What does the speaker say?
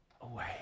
away